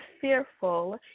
fearful